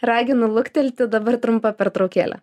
raginu luktelti dabar trumpa pertraukėlė